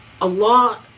Allah